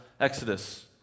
Exodus